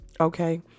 Okay